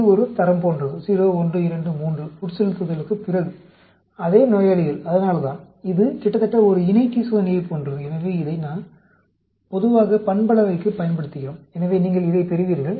இது ஒரு தரம் போன்றது 0 1 2 3 உட்செலுத்தலுக்குப் பிறகு அதே நோயாளிகள் அதனால்தான் இது கிட்டத்தட்ட ஒரு இணை t சோதனை போன்றது இதை நாம் பொதுவாக பண்பளவைக்குப் பயன்படுத்துகிறோம் எனவே நீங்கள் இதைப் பெறுவீர்கள்